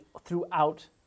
throughout